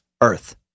earth